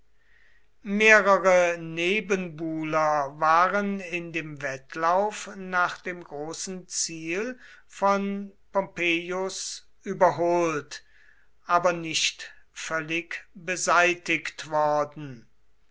mehrere nebenbuhler waren in dem wettlauf nach dem großen ziel von pompeius überholt aber nicht völlig beseitigt worden